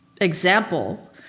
example